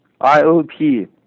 IOP